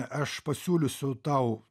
aš pasiūlysiu tau